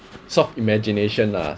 sort of imagination lah